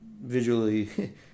visually